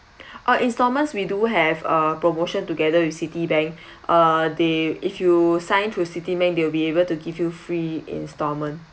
orh instalments we do have a promotion together with Citibank uh they if you signed through Citibank they will be able to give you free instalment